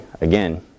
again